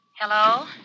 Hello